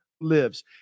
lives